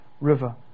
River